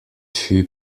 fut